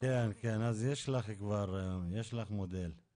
אז אתה אומר שהחסם הזה טופל ונפתר מצוין.